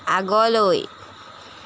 আগলৈ